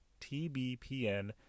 TBPN